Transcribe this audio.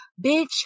bitch